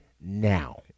now